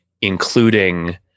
including